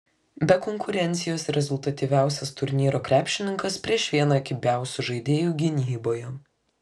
be konkurencijos rezultatyviausias turnyro krepšininkas prieš vieną kibiausių žaidėjų gynyboje